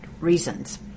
reasons